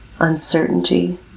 uncertainty